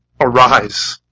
Arise